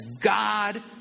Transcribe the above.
God